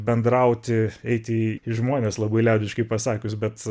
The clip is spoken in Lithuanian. bendrauti eiti į žmonės labai liaudiškai pasakius bet